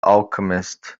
alchemist